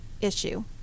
issue